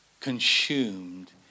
consumed